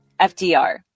FDR